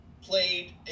played